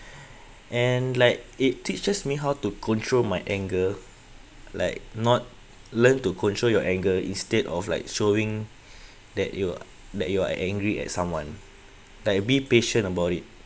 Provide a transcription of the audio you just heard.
and like it teaches me how to control my anger like not learn to control your anger instead of like showing that you that you are angry at someone like be patient about it